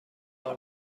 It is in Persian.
کار